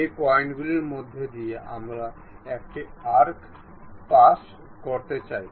এই পয়েন্টগুলির মধ্য দিয়ে আমরা একটি আর্ক পাস করতে চাই